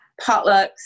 potlucks